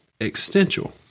existential